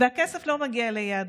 והכסף לא מגיע ליעדו.